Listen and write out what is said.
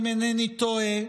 אם אינני טועה,